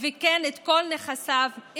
וכן את כל נכסיו,